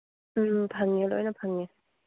ꯎꯝ ꯐꯪꯉꯦ ꯂꯣꯏꯅ ꯐꯪꯉꯦ